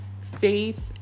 faith